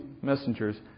messengers